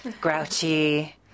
grouchy